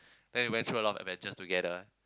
then we went through a lot of adventures together